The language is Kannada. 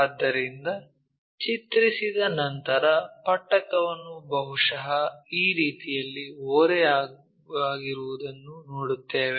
ಆದ್ದರಿಂದ ಚಿತ್ರಿಸಿದ ನಂತರ ಪಟ್ಟಕವನ್ನು ಬಹುಶಃ ಆ ರೀತಿಯಲ್ಲಿ ಓರೆಯಾಗಿರುವುದನ್ನು ನೋಡುತ್ತೇವೆ